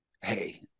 Hey